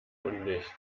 undicht